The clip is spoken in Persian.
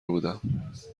بودم